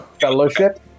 Fellowship